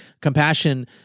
compassion